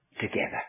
together